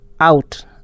out